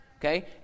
Okay